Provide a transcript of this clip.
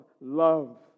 love